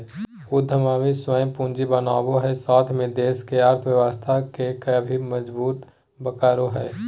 उद्यमी स्वयं पूंजी बनावो हइ साथ में देश के अर्थव्यवस्था के भी मजबूत करो हइ